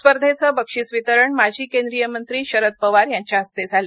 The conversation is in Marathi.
स्पर्धेचं बक्षिस वितरण माजी केंद्रीय मंत्री शरद पवार यांच्या हस्ते झालं